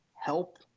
help